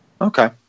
Okay